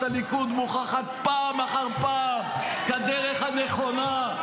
הליכוד מוכחת פעם אחר פעם כדרך הנכונה,